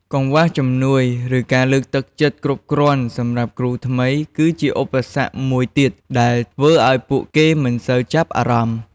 កង្វះជំនួយ ឬការលើកទឹកចិត្តគ្រប់គ្រាន់សម្រាប់គ្រូថ្មី គឺជាឧបសគ្គមួយទៀត ដែលធ្វើឲ្យពួកគេមិនសូវចាប់អារម្មណ៍។